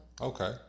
Okay